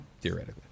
theoretically